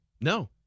No